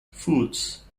foods